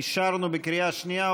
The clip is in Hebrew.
אישרנו בקריאה שנייה.